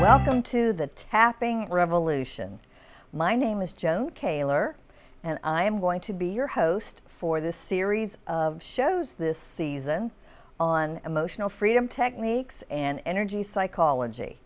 welcome to the tapping revolution my name is joan kaylor and i am going to be your host for this series of shows this season on emotional freedom techniques and energy psychology